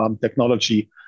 technology